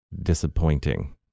disappointing